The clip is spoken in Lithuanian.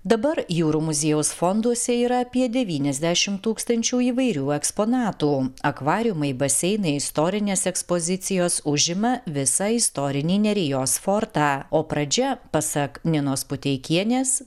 dabar jūrų muziejaus fonduose yra apie devyniasdešim tūkstančių įvairių eksponatų akvariumai baseinai istorinės ekspozicijos užima visą istorinį nerijos fortą o pradžia pasak ninos puteikienės